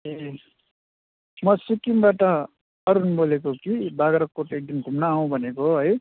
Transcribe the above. ए म सिक्किमबाट अरुण बोलेको कि बाग्राकोट एकदिन घुम्न आउँ भनेको हो है